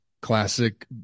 classic